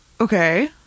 Okay